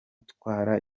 utwara